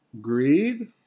Greed